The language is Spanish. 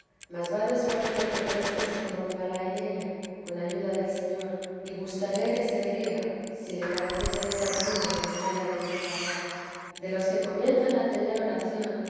mas va de suerte que presto se engolfará en ella con ayuda del señor y gustaré que se ría si le pareciese desatino la manera del declarar de los que comienzan a tener oración